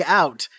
out